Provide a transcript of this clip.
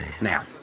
Now